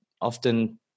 often